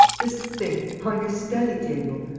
just think, on your study-table!